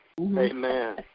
Amen